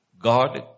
God